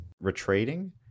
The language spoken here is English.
Retreating